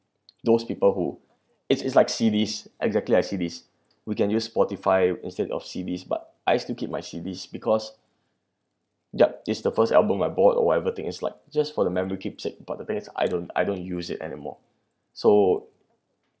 those people who it's it's like C_Ds exactly like C_Ds we can use spotify instead of C_Ds but I still keep my C_Ds because yup it's the first album I bought or whatever thing is like just for the memory keepsake but the base I don't I don't use it anymore so